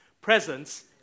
presence